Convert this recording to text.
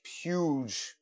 huge